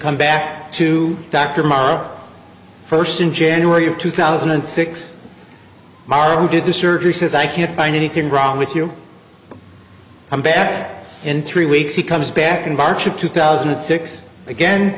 come back to back tomorrow first in january of two thousand and six martin did the surgery says i can't find anything wrong with you i'm back in three weeks he comes back in march of two thousand and six again